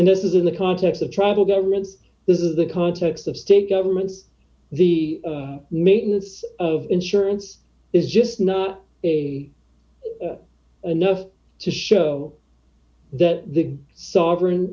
and this is in the context of tribal governments this is the context of state governments the maintenance of insurance is just not enough to show that the sovereign